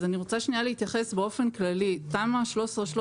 אז אני רוצה להתייחס שנייה באופן כללי: תמ"א 13/13